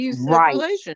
right